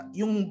yung